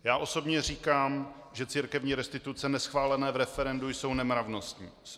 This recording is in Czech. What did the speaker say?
Já osobně říkám, že církevní restituce neschválené v referendu jsou nemravností.